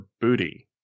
Booty